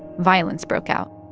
violence broke out.